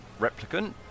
replicant